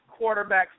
quarterbacks